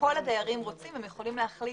כל הדיירים רוצים, הם יכולים להחליט